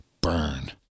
Burn